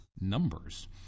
Numbers